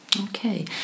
Okay